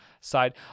side